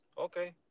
okay